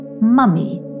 Mummy